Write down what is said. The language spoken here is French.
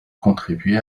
contribué